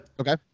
Okay